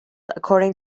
according